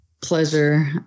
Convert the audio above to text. pleasure